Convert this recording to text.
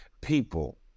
people